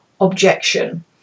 objection